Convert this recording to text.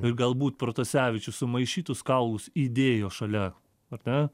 ir galbūt protasevičius sumaišytus kaulus įdėjo šalia ar ne